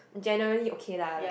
generally okay lah like